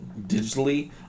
digitally